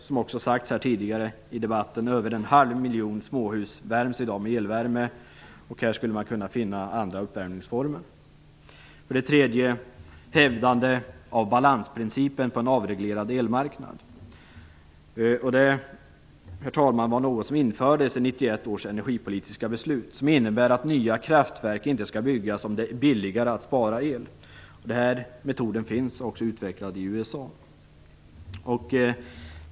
Som har sagts tidigare i debatten i dag värms över en halv miljon småhus i dag med elvärme. Här skulle man kunna finna andra uppvärmningsformer. För det tredje handlar det om hävdande av balansprincipen på en avreglerad elmarknad. Det var någonting som infördes i 1991 års energipolitiska beslut och innebär att nya kraftverk inte skall byggas om det är billigare att spara el. Den metoden finns också utvecklad i USA.